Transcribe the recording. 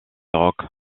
rock